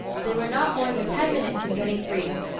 they were not more than ten minutes in getting free.